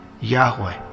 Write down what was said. Yahweh